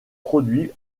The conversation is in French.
produits